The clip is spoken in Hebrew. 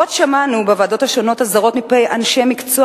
עוד שמענו בוועדות השונות אזהרות מפי אנשי מקצוע